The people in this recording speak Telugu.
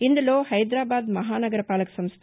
ఇందులో హైదరాబాద్ మహా నగర పాలక సంస్థ